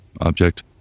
object